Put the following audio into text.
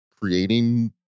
creating